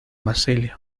basilio